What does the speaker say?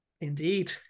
Indeed